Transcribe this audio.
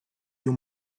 you